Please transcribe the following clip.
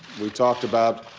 we talked about